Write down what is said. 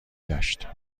گشت